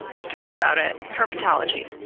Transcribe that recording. let's talk about it. herpetology.